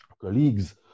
colleagues